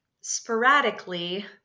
sporadically